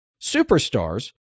superstars